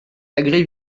agrès